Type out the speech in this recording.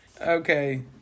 okay